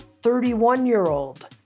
31-year-old